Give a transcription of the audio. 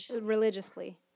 religiously